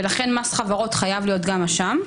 ולכן מס חברות חייב להיות גם שם.